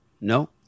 No